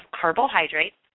carbohydrates